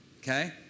Okay